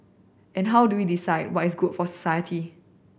and how do we decide what is good for society